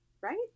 right